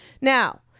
Now